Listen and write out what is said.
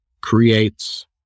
creates